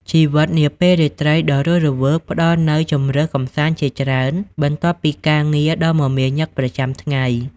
ជីវិតនាពេលរាត្រីដ៏រស់រវើកផ្តល់នូវជម្រើសកម្សាន្តជាច្រើន បន្ទាប់ពីការងារដ៏មមាញឹកប្រចាំថ្ងៃ។